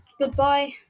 goodbye